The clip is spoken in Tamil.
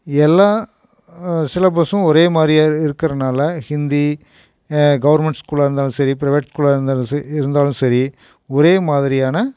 எல்லா சிலபஸ்ஸும் ஒரே மாதிரியே இருக்கறதுனால ஹிந்தி கவர்மெண்ட் ஸ்கூலாக இருந்தாலும் சரி ப்ரைவேட் ஸ்கூலாக இருந்தாலும் சரி இருந்தாலும் சரி ஒரே மாதிரியான